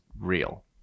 real